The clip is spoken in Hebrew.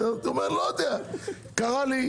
קרא לי,